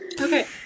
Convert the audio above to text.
okay